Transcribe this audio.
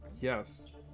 Yes